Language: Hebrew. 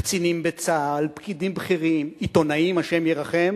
קצינים בצה"ל, פקידים בכירים, עיתונאים, השם ירחם,